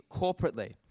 corporately